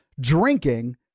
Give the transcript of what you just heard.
drinking